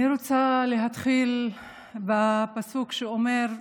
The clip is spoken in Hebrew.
אני רוצה להתחיל בפסוק שאומר: